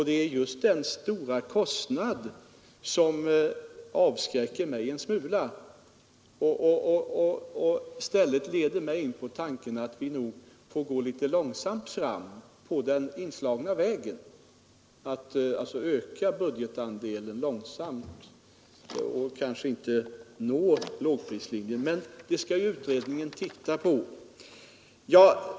Det är just den stora kostnaden som avskräcker mig en smula och leder mig in på tanken att vi nog får gå litet långsamt fram på den inslagna vägen — alltså öka budgetandelen sakta och kanske nå lågprislinjen. Men det skall ju utredningen titta på.